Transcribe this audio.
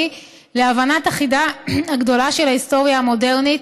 להבנת החידה הגדולה של ההיסטוריה המודרנית: